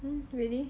hmm really